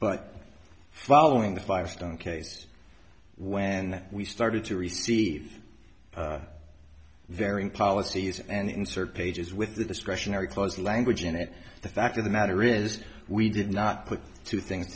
but following the firestone case when we started to receive varying policies and insert pages with the discretionary clause language in it the fact of the matter is we did not put two things